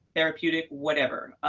therapeutic, whatever.